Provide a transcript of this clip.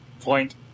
Point